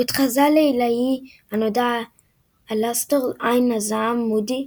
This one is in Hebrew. הוא התחזה להילאי הנודע אלאסטור "עין הזעם" מודי,